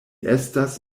estas